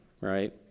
right